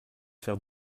faire